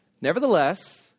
Nevertheless